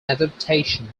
adaptation